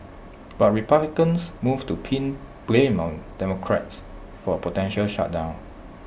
but republicans moved to pin blame on democrats for A potential shutdown